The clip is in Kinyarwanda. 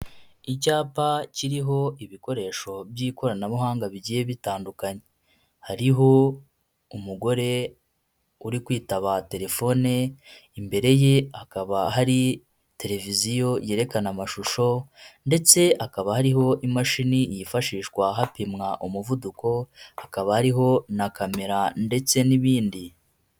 Icyapa kiriho ibikoresho by'ikoranabuhanga bigiye bitandukanye, hariho umugore uri kwitaba terefone, imbere ye hakaba hari tereviziyo yerekana amashusho ndetse hakaba hariho imashini yifashishwa hapimwa umuvuduko, hakaba hariho na camera ndetse n'ibindi.